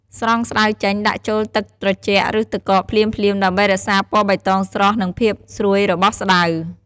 ស្រង់ស្តៅចេញ ដាក់ចូល ទឹកត្រជាក់ ឬទឹកកក ភ្លាមៗ ដើម្បីរក្សាពណ៌បៃតងស្រស់ និងភាពស្រួយរបស់ស្តៅ។